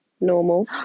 normal